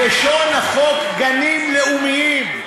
לשון החוק: גנים לאומיים.